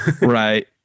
Right